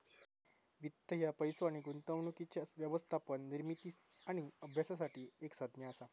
वित्त ह्या पैसो आणि गुंतवणुकीच्या व्यवस्थापन, निर्मिती आणि अभ्यासासाठी एक संज्ञा असा